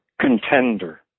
contender